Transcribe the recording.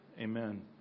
Amen